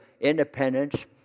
independence